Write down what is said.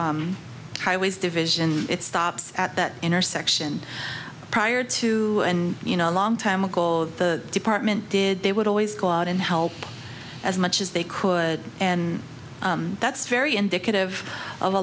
to highways division it stops at that intersection prior to and you know a long time ago of the department did they would always go out and help as much as they could and that's very indicative of a